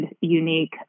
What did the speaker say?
unique